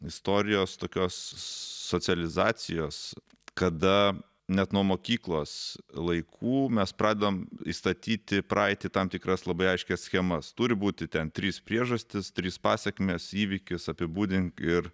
istorijos tokios socializacijos kada net nuo mokyklos laikų mes pradedam įstatyti praeitį į tam tikras labai aiškias schemas turi būti ten trys priežastys trys pasekmės įvykis apibūdink ir